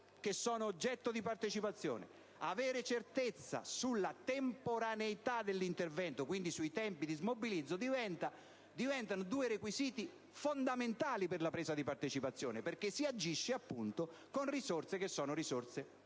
società oggetto di partecipazione e sulla temporaneità dell'intervento, e quindi sui tempi di smobilizzo, diventa requisito fondamentale per la presa di partecipazione, perché si agisce con risorse pubbliche.